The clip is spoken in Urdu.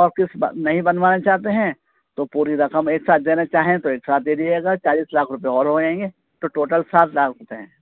اور قسط نہیں بنوانا چاہتے ہیں تو پوری رقم ایک ساتھ دینے چاہیں تو ایک ساتھ دے دیجیے گا چالیس لاکھ روپے اور ہو جائیں گے تو ٹوٹل ساٹھ لاکھ روپے ہیں